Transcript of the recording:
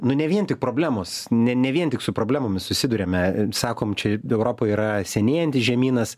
nu ne vien tik problemos ne ne vien tik su problemomis susiduriame e sakom čia europa yra senėjantis žemynas